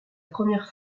première